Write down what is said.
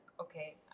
okay